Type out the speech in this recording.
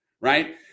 right